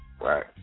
Right